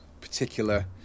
particular